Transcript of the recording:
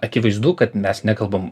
akivaizdu kad mes nekalbam